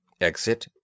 Exit